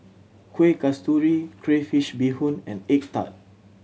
Kueh Kasturi crayfish beehoon and egg tart